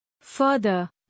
Further